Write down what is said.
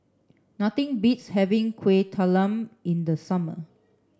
nothing beats having kueh talam in the summer